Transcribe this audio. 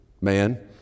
man